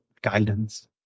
guidance